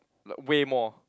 weigh more